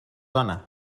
dona